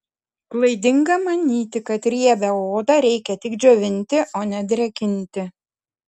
klaidinga manyti kad riebią odą reikia tik džiovinti o ne drėkinti